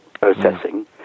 processing